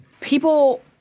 people –